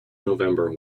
november